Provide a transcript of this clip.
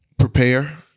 Prepare